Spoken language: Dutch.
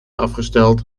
afgesteld